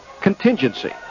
Contingency